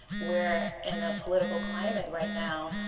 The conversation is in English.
we're in a political climate right now